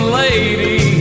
lady